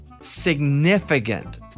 significant